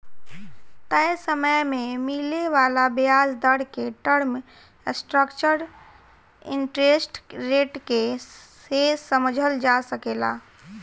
तय समय में मिले वाला ब्याज दर के टर्म स्ट्रक्चर इंटरेस्ट रेट के से समझल जा सकेला